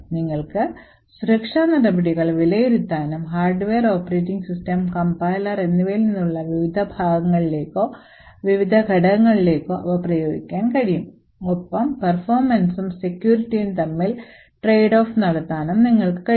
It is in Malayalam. നിങ്ങൾക്ക് സുരക്ഷാ നടപടികൾ വിലയിരുത്താനും ഹാർഡ്വെയർ ഓപ്പറേറ്റിംഗ് സിസ്റ്റം കംപൈലർ എന്നിവയിൽ നിന്നുള്ള വിവിധ ഭാഗങ്ങളിലേക്കോ വിവിധ ഘടകങ്ങളിലേക്കോ അവ പ്രയോഗിക്കാൻ കഴിയും ഒപ്പം പെർഫോമൻസും സെക്യൂരിറ്റിയും തമ്മിൽ ട്രേഡ് ഓഫ് നടത്താനും നിങ്ങൾക്ക് കഴിയും